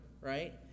right